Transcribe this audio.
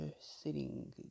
sitting